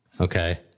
Okay